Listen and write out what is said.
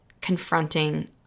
confronting